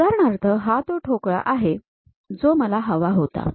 उदाहरणार्थ हा तो ठोकळा आहे जो मला हवा होता